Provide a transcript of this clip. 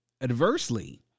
adversely